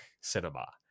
cinema